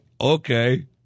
Okay